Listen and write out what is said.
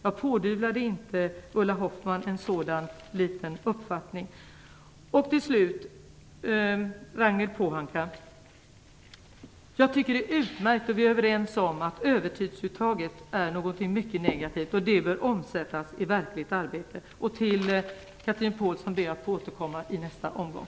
Jag pådyvlade inte Ulla Hoffmann en sådan uppfattning. Till slut vill jag säga följande till Ragnhild Pohanka. Vi är överens om att övertidsuttaget är någonting mycket negativt. Det bör omsättas i verkligt arbete. Jag ber att få återkomma till Chatrine Pålsson i nästa omgång.